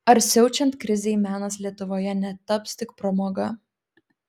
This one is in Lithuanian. ar siaučiant krizei menas lietuvoje netaps tik pramoga